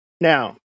Now